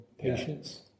Patience